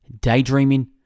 daydreaming